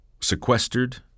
sequestered